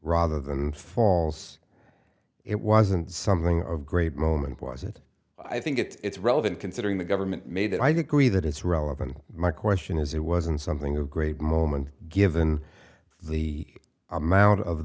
rather than false it wasn't something of great moment was it i think it's relevant considering the government made it i'd agree that it's relevant my question is it wasn't something of great moment given the amount of